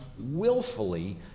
willfully